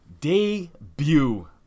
Debut